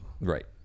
Right